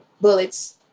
bullets